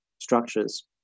structures